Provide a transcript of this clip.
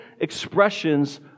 expressions